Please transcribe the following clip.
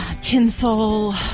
tinsel